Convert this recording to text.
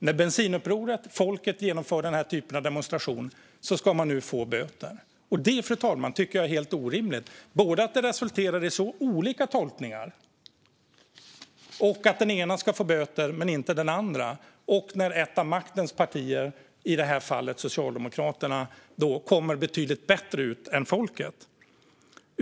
När Bensinupproret, folket, genomför den typen av demonstration ska de få böter. Jag tycker att det är helt orimligt, fru talman, såväl att det resulterar i olika tolkningar och att den ena ska få böter men inte den andra som att ett av maktens partier, i det här fallet Socialdemokraterna, kommer betydligt bättre ut än folket gör.